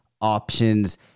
options